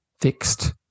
fixed